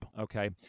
okay